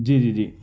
جی جی جی